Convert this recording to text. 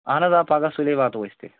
اَہَن حظ آ پگاہ سُلی واتَو أسۍ تہِ